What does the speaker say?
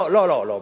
לא, לא, לא.